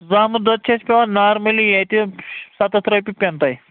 زامُت دۄد چھُ اَسہِ پیٚوان نامٔلی ییٚتہِ سَتتھ رۄپیہِ پٮ۪ن تۄہہِ